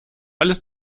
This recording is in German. alles